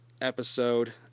episode